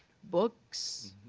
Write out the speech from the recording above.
books,